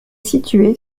située